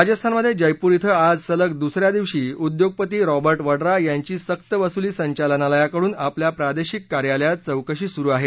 राजस्थानमध्ये जयपूर इथं आज सलग दुसऱ्या दिवशी उद्योगपती रॉबर्ट वद्रा यांची सक्रवसुली संचालनालयाकडून आपल्या प्रादेशिक कार्यालयात चौकशी सुरू आहे